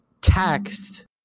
taxed